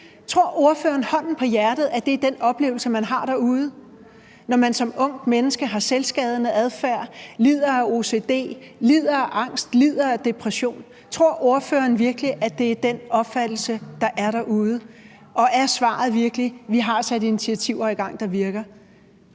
års tid, altså under corona – at det er den oplevelse, man har derude, når man som ungt menneske har selvskadende adfærd, lider af ocd, lider af angst, lider af depression? Tror ordføreren virkelig, at det er den opfattelse, der er derude? Og er svaret virkelig: Vi har sat initiativer i gang, der virker?